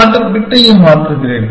நான் மற்ற பிட்டையும் மாற்றுகிறேன்